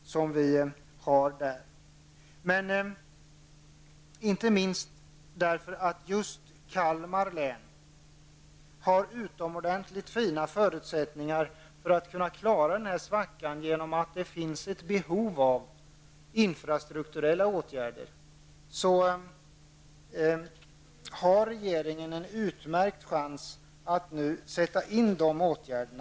Kalmar län har utomordentligt goda förutsättningar att klara svackan. Det finns ett behov av infrastrukturella åtgärder. Regeringen har därför en utmärkt chans att nu sätta in åtgärder.